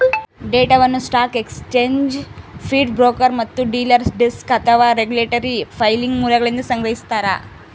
ಡೇಟಾವನ್ನು stock exchange feed broker ಮತ್ತು dealer desk ಅಥವಾ ರೆಗ್ಯುಲೇಟರಿ ಫೈಲಿಂಗ್ ಮೂಲಗಳಿಂದ ಸಂಗ್ರಹಿಸ್ತಾರ